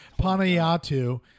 Panayatu